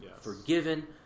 forgiven